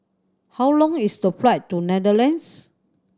how long is the flight to Netherlands